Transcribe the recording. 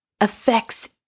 affects